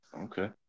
Okay